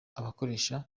abakoresha